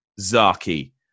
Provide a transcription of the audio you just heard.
Zaki